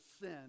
sin